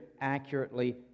accurately